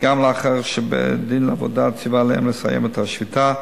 גם לאחר שבית-הדין לעבודה ציווה עליהם לסיים את השביתה,